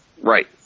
Right